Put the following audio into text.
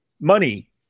money